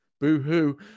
Boo-hoo